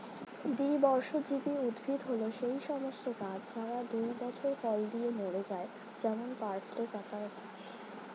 দ্বিবর্ষজীবী উদ্ভিদ হল সেই সমস্ত গাছ যারা দুই বছর ফল দিয়ে মরে যায় যেমন পার্সলে পাতার গাছ